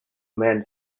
man